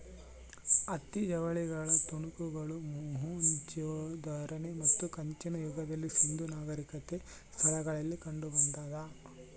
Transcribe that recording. ಹತ್ತಿ ಜವಳಿಗಳ ತುಣುಕುಗಳು ಮೊಹೆಂಜೊದಾರೋ ಮತ್ತು ಕಂಚಿನ ಯುಗದ ಸಿಂಧೂ ನಾಗರಿಕತೆ ಸ್ಥಳಗಳಲ್ಲಿ ಕಂಡುಬಂದಾದ